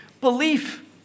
belief